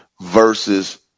versus